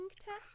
test